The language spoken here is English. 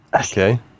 Okay